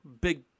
big